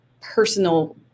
personal